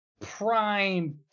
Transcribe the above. prime